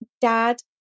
dad